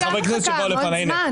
המוקדם מביניהם.